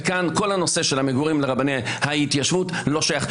וכאן כל הנושא של המגורים לרבני ההתיישבות לא שייך.